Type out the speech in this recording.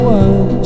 one